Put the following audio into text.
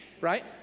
Right